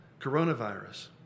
coronavirus